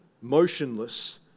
motionless